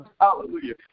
Hallelujah